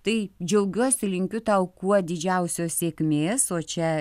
tai džiaugiuosi linkiu tau kuo didžiausios sėkmės o čia